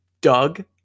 Doug